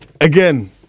again